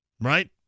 Right